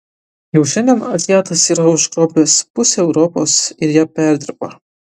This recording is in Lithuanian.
jau šiandien azijatas yra užgrobęs pusę europos ir ją perdirba